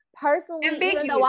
personally